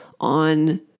on